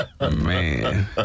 Man